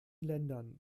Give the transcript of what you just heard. ländern